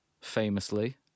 famously